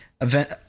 Event